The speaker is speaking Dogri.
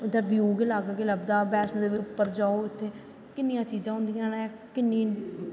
उं'दा व्यू बी अलग गै लब्भदा बैष्णो देबा उप्पर जाओ इत्थै किन्नियां चीजां होंदियां न